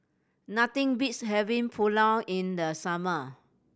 nothing beats having Pulao in the summer